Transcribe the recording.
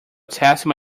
testing